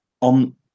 on